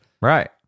Right